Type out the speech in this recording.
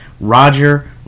roger